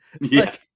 Yes